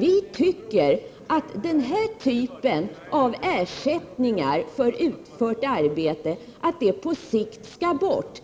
Vi tycker att den typen av ersättningar för utfört arbete på sikt skall bort